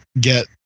get